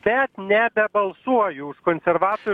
bet nebebalsuoju už konservatoriu